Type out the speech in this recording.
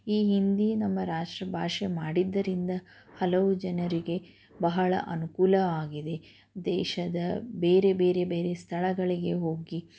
ಈ ಹಿಂದಿ ನಮ್ಮ ರಾಷ್ಟ್ರ ಭಾಷೆ ಮಾಡಿದ್ದರಿಂದ ಹಲವು ಜನರಿಗೆ ಬಹಳ ಅನುಕೂಲ ಆಗಿದೆ ದೇಶದ ಬೇರೆ ಬೇರೆ ಬೇರೆ ಸ್ಥಳಗಳಿಗೆ ಹೋಗಿ